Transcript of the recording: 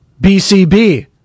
BCB